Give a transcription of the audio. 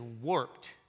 warped